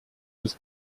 was